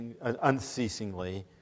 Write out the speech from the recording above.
unceasingly